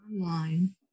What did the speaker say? online